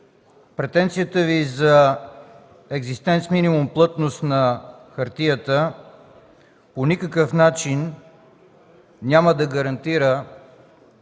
претенцията Ви за екзистенц минимум плътност на хартията по никакъв начин няма да гарантира